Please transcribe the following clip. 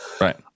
Right